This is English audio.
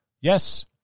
Yes